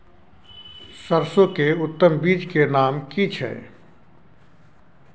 सरसो के उत्तम बीज के नाम की छै?